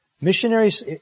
Missionaries